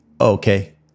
Okay